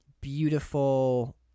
Beautiful